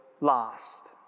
last